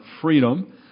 freedom